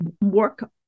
work